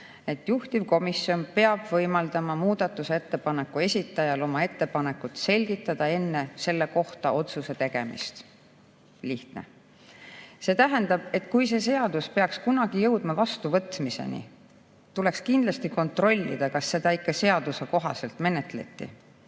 et juhtivkomisjon peab võimaldama muudatusettepaneku esitajal oma ettepanekut selgitada enne selle kohta otsuse tegemist. Lihtne. See tähendab, et kui see seadus peaks kunagi jõudma vastuvõtmiseni, tuleks kindlasti kontrollida, kas seda ikka seaduse kohaselt